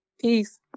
Peace